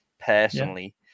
personally